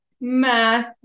Math